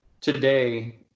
Today